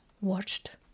watched